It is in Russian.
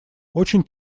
очень